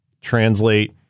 translate